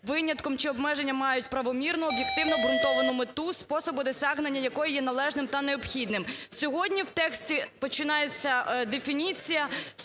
винятком чи обмеженням має правомірну, об'єктивно обґрунтовану мету, способи досягнення якої є належним та необхідним. Сьогодні в тексті починається дефініція